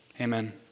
Amen